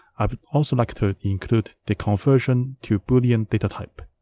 i would also like to include the conversion to boolean data type.